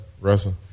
Russell